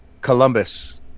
Columbus